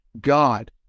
God